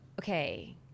Okay